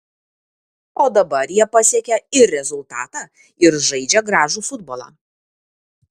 o dabar jie pasiekia ir rezultatą ir žaidžia gražų futbolą